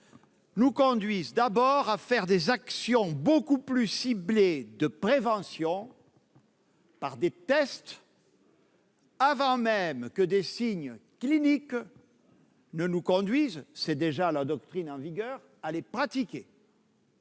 nous conduisent à mener des actions de prévention beaucoup plus ciblées par des tests, avant même que des signes cliniques ne nous conduisent- c'est déjà la doctrine en vigueur -à les pratiquer.